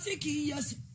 yes